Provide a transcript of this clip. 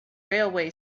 railway